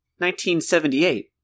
1978